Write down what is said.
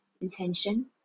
intention